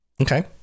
Okay